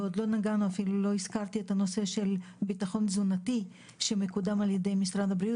ועוד לא הזכרתי את הנושא של ביטחון תזונתי שמקודם על ידי משרד הבריאות